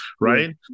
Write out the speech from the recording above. right